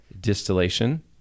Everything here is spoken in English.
distillation